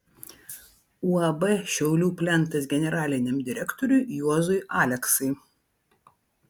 uab šiaulių plentas generaliniam direktoriui juozui aleksai